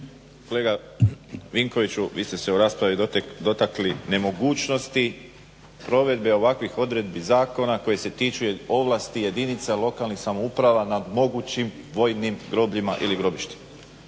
Kolega Vinkoviću vi ste se u raspravi dotakli nemogućnosti provedbe ovakvih odredbi zakona koji se tiču ovlasti jedinica lokalnih samouprava nad mogućim vojnim grobljima ili grobištima.